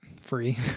free